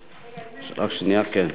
חבר הכנסת אלי אפללו, לפרוטוקול.